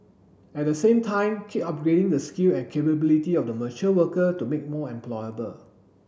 at the same time keep upgrading the skill and capability of the mature worker to make more employable